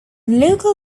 local